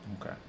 Okay